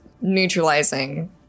neutralizing